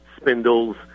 spindles